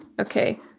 Okay